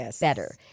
better